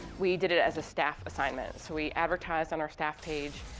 we did it as a staff assignment. so we advertised on our staff page.